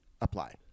apply